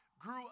grew